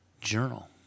journal